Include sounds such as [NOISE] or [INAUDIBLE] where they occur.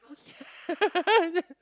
[LAUGHS]